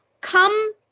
Come